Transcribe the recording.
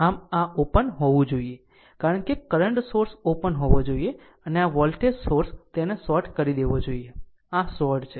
આમ આ ઓપન હોવું જોઈએ કારણ કે કરંટ સોર્સ ઓપન હોવો જોઈએ અને આ વોલ્ટેજ સોર્સ તેને શોર્ટ કરી દેવો જોઈએ તે શોર્ટ છે